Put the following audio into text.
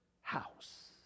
house